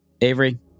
Avery